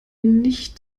nicht